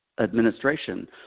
administration